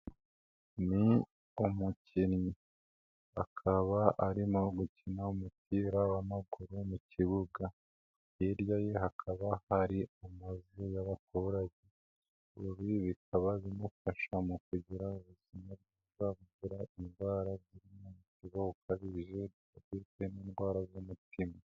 Ni umukinnyi akaba arimo gukina umupira w'amaguru mu kibuga. Hirya ye hakaba hari amazu y'abaturage. Ibi bikaba bimufasha mu kugira ubuzima buzira indwara ziri mo umubyibuho ukabije, diyabete n'indwara z'umutima.